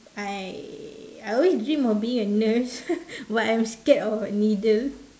I I always dream of being a nurse but I am scared of needle